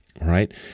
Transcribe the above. right